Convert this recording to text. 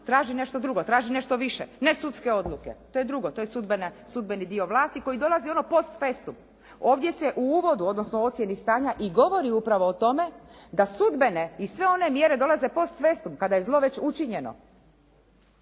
traži nešto drugo, traži nešto više. Ne sudske odluke. To je drugo, to je sudbeni dio vlasti, koji dolazi ono post vestum. Ovdje se u uvodu, odnosno ocjeni stanja i govori upravo o tome da sudbene i sve one mjere dolaze post vestum, kada je zlo već učinjeno.